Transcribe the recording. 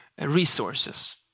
resources